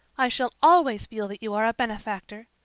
i shall always feel that you are a benefactor.